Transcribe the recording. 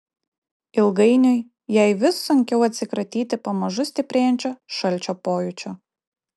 ilgainiui jai vis sunkiau atsikratyti pamažu stiprėjančio šalčio pojūčio